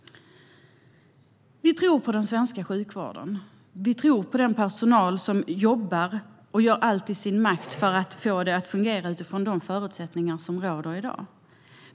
Vi tror på den svenska sjukvården. Vi tror på den personal som jobbar och gör allt som står i dess makt för att få sjukvården att fungera utifrån de förutsättningar som råder i dag.